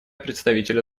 представителя